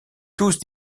tous